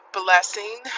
blessing